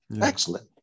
excellent